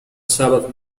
sabbath